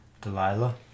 Delilah